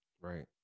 Right